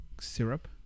syrup